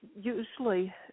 usually